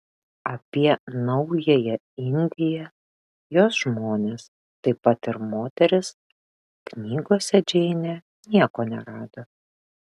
apie naująją indiją jos žmones taip pat ir moteris knygose džeinė nieko nerado